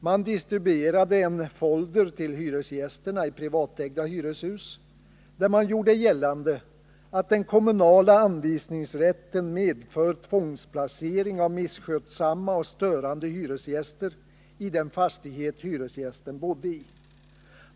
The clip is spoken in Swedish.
Man distribuerade en folder till hyresgästerna i privatägda hyreshus där man gjorde gällande att den kommunala anvisningsrätten medförde tvångsplacering av misskötsamma och störande hyresgäster i den fastighet hyresgästen bodde i.